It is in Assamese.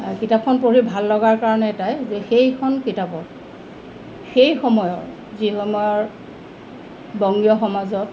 কিতাপখন পঢ়ি ভাল লগাৰ কাৰণ এটাই যে সেইখন কিতাপত সেই সময়ৰ যি সময়ৰ বংগীয় সমাজত